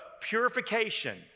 purification